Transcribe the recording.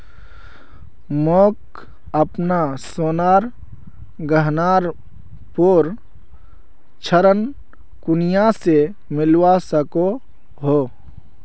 मोक अपना सोनार गहनार पोर ऋण कुनियाँ से मिलवा सको हो?